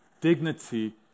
dignity